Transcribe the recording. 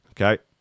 Okay